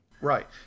Right